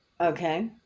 Okay